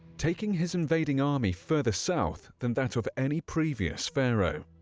taking his invading army further south than that of any previous pharaoh.